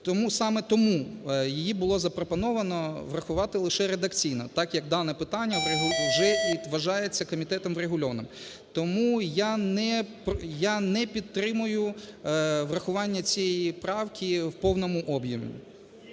Саме тому її було запропоновано врахувати лише редакційно так як дане питання вже вважається комітетом врегульованим. Тому я не підтримую врахування цієї правки в повному об'ємі.